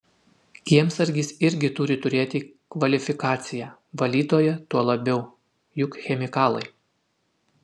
kiemsargis irgi turi turėti kvalifikaciją valytoja tuo labiau juk chemikalai